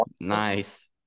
nice